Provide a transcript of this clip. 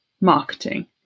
marketing